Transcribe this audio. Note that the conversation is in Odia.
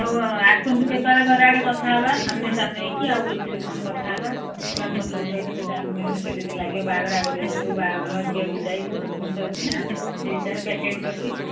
ହଉ ଆସନ୍ତୁ କେତେବେଳେ ଘରେ ଆଡ଼େ କଥା ହେବା ଆମେ ସାମନେ ନେଇକି ଆଉ ଏଥିରେ କ'ଣ କଥା ହେବା ପୁରା ଫଟୋ ଉଠାଇବା କେତେ ଟାଇମ୍ କେତେ ଦିନ ଲାଗିବ ବାହାଘର ଆଗ ଦିନଠୁ ବାହାଘର ଝିଅ ବିଦାୟ ବହୁତ ଜିନିଷ ଅଛି ନା ସେଇ ହିସାବରେ ପ୍ୟାକେଜ୍ ଅଛି